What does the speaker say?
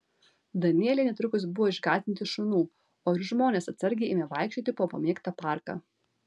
danieliai netrukus buvo išgąsdinti šunų o ir žmonės atsargiai ėmė vaikščioti po pamėgtą parką